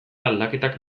aldaketak